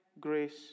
grace